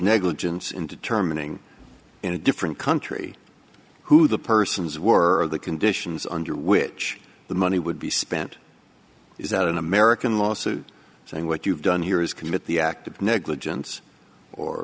negligence in determining in a different country who the persons were the conditions under which the money would be spent is that an american lawsuit saying what you've done here is commit the act of negligence or